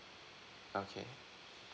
okay